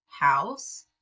house